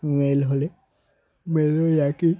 mail হলে মেল ওই একই